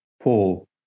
Paul